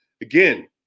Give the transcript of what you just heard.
Again